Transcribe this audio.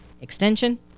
extension